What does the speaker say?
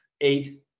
eight